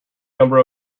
number